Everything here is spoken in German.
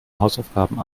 hausaufgaben